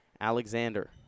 Alexander